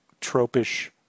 tropish